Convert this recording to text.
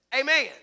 Amen